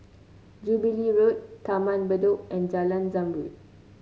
Jubilee Road Taman Bedok and Jalan Zamrud